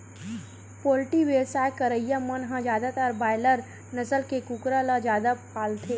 poultry बेवसाय करइया मन ह जादातर बायलर नसल के कुकरा ल जादा पालथे